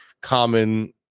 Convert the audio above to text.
common